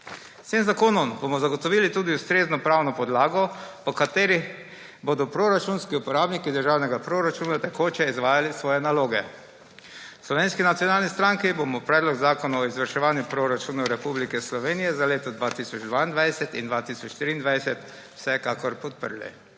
S tem zakonom bomo zagotovili tudi ustrezno pravno podlago, po kateri bodo proračunski uporabniki državnega proračuna tekoče izvajali svoje naloge. V Slovenski nacionalni stranki bomo Predlog zakona o izvrševanju proračunov Republike Slovenije za leti 2022 in 2023 vsekakor podprli.